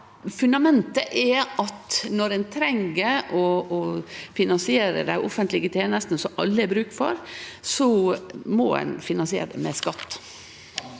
fundamentet er at når ein treng å finansiere dei offentlege tenestene, som alle har bruk for, må ein finansiere det med skatt.